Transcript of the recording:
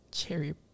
Cherry